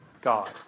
God